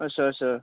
अच्छा अच्छा